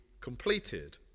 completed